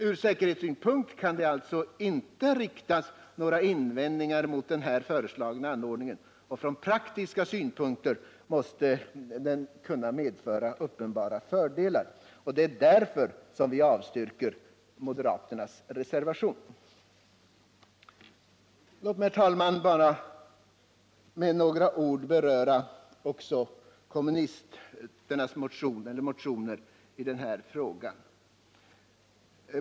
Ur säkerhetssynpunkt kan det alltså inte riktas några invändningar mot den här föreslagna anordningen, och från praktiska synpunkter måste den kunna medföra fördelar. Det är därför vi avstyrker moderaternas reservation. Låt mig, herr talman, bara med några ord beröra också kommunisternas motioner i den här frågan.